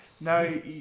No